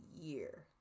year